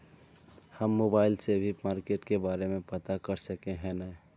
हम मोबाईल से भी मार्केट के बारे में पता कर सके है नय?